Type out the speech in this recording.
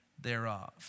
thereof